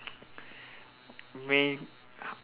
maine